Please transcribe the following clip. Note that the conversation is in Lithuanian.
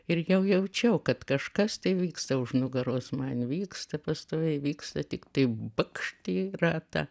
ir jau jaučiau kad kažkas tai vyksta už nugaros man vyksta pastoviai vyksta tiktai bakšt į ratą